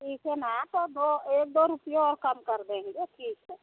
ठीक है ना दो तो एक दो रुपये और कम कर देंगे ठीक है